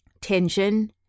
tension